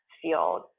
field